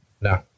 No